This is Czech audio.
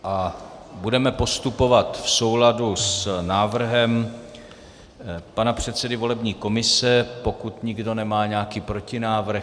A budeme postupovat v souladu s návrhem pana předsedy volební komise, pokud nikdo nemá nějaký protinávrh.